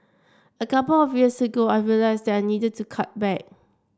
a couple of years ago I realised that I needed to cut back